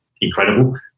incredible